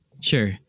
sure